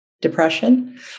depression